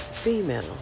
female